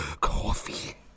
coffee